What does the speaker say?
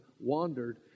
wandered